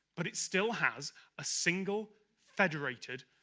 but it still has a single federated